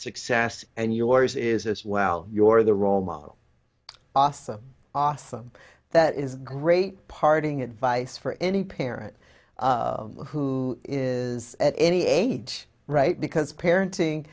success and yours is as well your the role model awesome awesome that is great parting advice for any parent who is at any age right because parenting